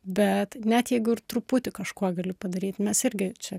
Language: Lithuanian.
bet net jeigu ir truputį kažkuo galiu padaryti mes irgi čia